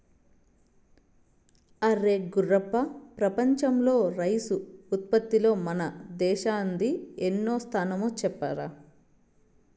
అరే గుర్రప్ప ప్రపంచంలో రైసు ఉత్పత్తిలో మన దేశానిది ఎన్నో స్థానమో చెప్పరా